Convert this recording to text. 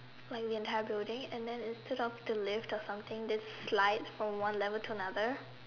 like the entire building and then instead of the lift or something just slide from one level to another